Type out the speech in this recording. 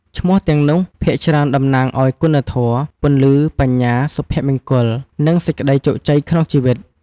ឈ្មោះទាំងនោះភាគច្រើនតំណាងឲ្យគុណធម៌ ពន្លឺ បញ្ញា សុភមង្គល និងសេចក្ដីជោគជ័យក្នុងជីវិត។